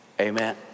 Amen